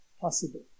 possible